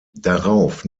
darauf